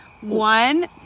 One